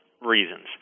reasons